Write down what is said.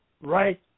right